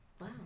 Wow